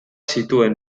zituen